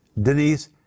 Denise